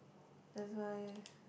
that's why